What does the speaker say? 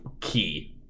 key